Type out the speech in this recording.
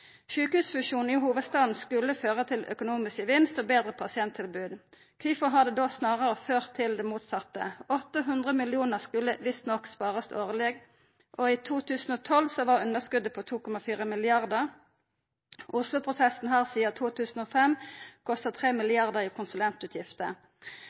Sjukehusfusjonen i hovudstaden skulle føra til økonomisk gevinst og betre pasienttilbod. Kvifor har det då snarare ført til det motsette? 800 mill. kr skulle visstnok sparast årleg, og i 2012 var underskotet på 2,4 mrd. kr. Oslo-prosessen har sidan 2005 kosta